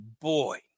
boy